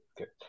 Okay